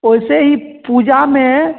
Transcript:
वैसे ही पूजा में